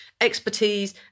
expertise